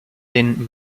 den